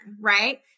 right